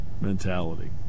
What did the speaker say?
mentality